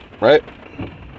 right